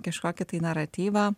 kažkokį tai naratyvą